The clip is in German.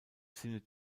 sinne